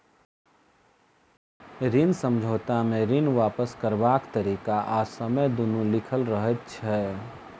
ऋण समझौता मे ऋण वापस करबाक तरीका आ समय दुनू लिखल रहैत छै